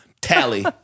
tally